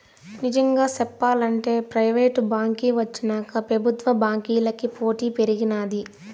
నిజంగా సెప్పాలంటే ప్రైవేటు బాంకీ వచ్చినాక పెబుత్వ బాంకీలకి పోటీ పెరిగినాది